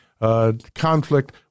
conflict